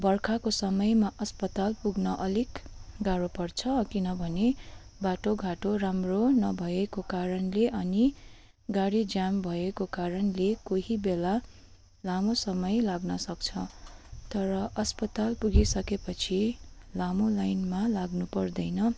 बर्खाको समयमा अस्पताल पुग्न अलिक गाह्रो पर्छ किनभने बाटो घाटो राम्रो नभएको कारणले अनि गाडी जाम भएको कारणले कोही बेला लामो समय लाग्न सक्छ तर अस्पताल पुगिसके पछि लामो लाइनमा लाग्नु पर्दैन